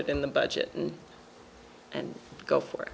it in the budget and go for